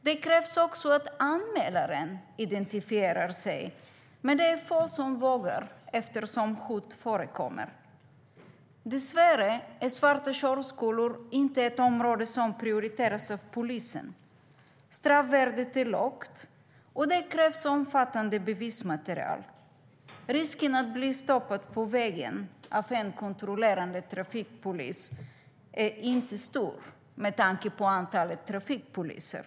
Det krävs också att anmälaren identifierar sig, men det är få som vågar eftersom hot förekommer. Dessvärre är svarta körskolor inte ett område som prioriteras av polisen. Straffvärdet är lågt, och det krävs omfattande bevismaterial. Risken att bli stoppad på vägen av trafikpolis är inte stor med tanke på antalet trafikpoliser.